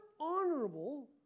honorable